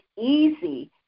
easy